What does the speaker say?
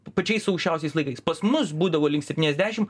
pačiais aukščiausiais laikais pas mus būdavo link septyniasdešim